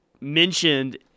mentioned